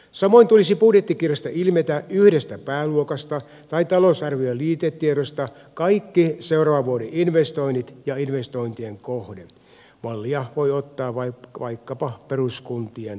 samoin tulisi budjettikirjasta ilmetä yhdestä pääluokasta tai talousarvion liitetiedosta kaikki seuraavan vuoden investoinnit ja investointien kohde mallia voi ottaa vaikkapa peruskuntien talousarvioista